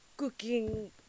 Cooking